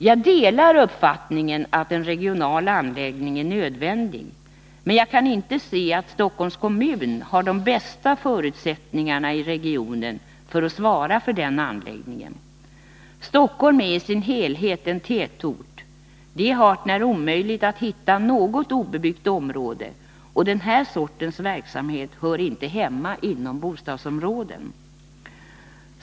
Jag delar uppfattningen att en regional anläggning är nödvändig, men jag kaninte se att Stockholms kommun har de bästa förutsättningarna i regionen för att svara för den anläggningen. Stockholm är i sin helhet en tätort — det är hart när omöjligt att hitta något obebyggt område, och den här sortens verksamhet hör inte hemma i bostadsområden.